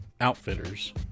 Outfitters